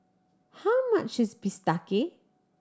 how much is bistake